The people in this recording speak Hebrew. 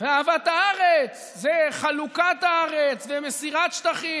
ואהבת הארץ זו חלוקת הארץ ומסירת שטחים